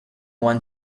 one